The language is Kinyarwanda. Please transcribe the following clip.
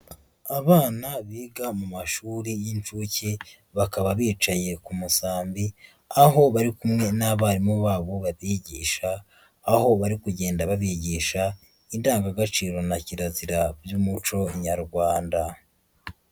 Abana biga mu mashuri y'incuke bakaba bicaye ku masambi, aho bari kumwe n'abarimu babo babyigisha, aho bari kugenda babigisha indangagaciro na kirazira by'umuco nyarwanda.